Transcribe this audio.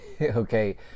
Okay